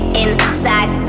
inside